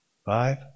Five